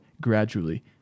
gradually